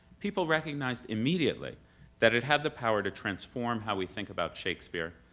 people recognized immediately that it had the power to transform how we think about shakespeare,